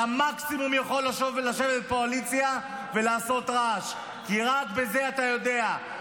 אתה מקסימום יכול לשבת בקואליציה ולעשות רעש כי רק את זה אתה יודע,